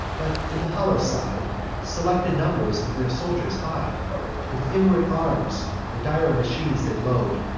but in the hollow side selected numbers of their soldiers hide with inward arms the dire machine they load,